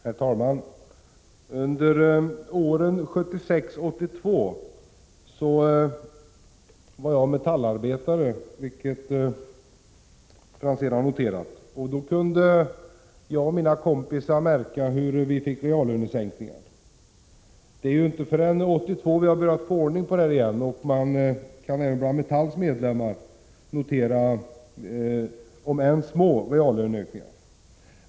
Herr talman! Under åren 1976-1982 var jag metallarbetare, såsom Franzén har noterat, och då kunde jag och mina kamrater konstatera att vi fick reallönesänkningar. Det var inte förrän 1982 som vi började få ordning på utvecklingen igen. Även bland Metalls medlemmar har man kunnat få några, om än små, reallöneökningar.